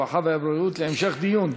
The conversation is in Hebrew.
הרווחה והבריאות להמשך דיון.